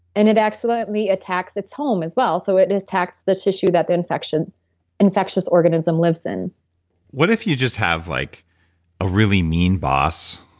and it accidentally attacks its home as well. so it and attacks the tissue that the infectious infectious organism lives in what if you just have like a really mean boss?